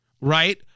right